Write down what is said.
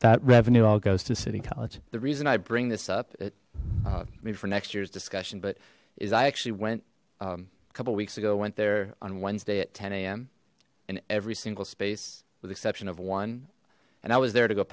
that revenue all goes to city college the reason i bring this up it may be for next year's discussion but is i actually went a couple weeks ago went there on wednesday at ten zero a m and every single space with exception of one and i was there to go